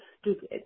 stupid